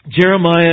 Jeremiah